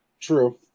True